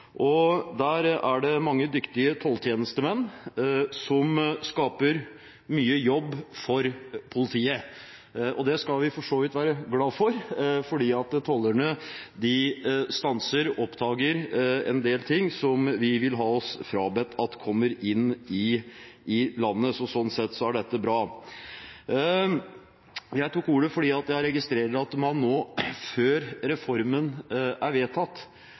landet. Der er det mange dyktige tolltjenestemenn som skaper mye jobb for politiet. Det skal vi for så vidt være glad for, for tollerne oppdager en del ting som vi vil ha oss frabedt at kommer inn i landet, så sånn sett er dette bra. Jeg tok ordet fordi jeg registrerer at man nå før reformen er vedtatt,